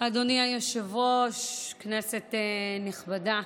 היושב-ראש, כנסת נכבדה,